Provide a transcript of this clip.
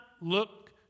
look